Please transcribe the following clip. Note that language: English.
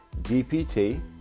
dpt